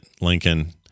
Lincoln